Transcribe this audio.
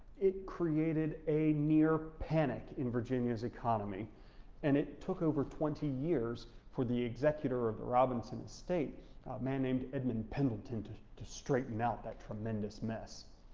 it created a near panic in virginia's economy and it took over twenty years for the executor of the robinson estate man named edmund pendleton, to to straighten out that tremendous mess.